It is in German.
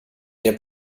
der